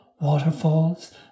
waterfalls